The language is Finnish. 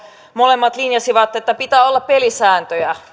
molemmat linjasivat että pitää olla pelisääntöjä